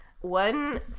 one